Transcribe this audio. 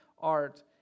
art